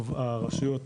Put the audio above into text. הרשויות,